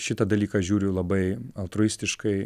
šitą dalyką žiūriu labai altruistiškai